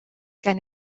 gen